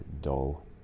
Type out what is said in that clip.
dull